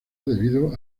debido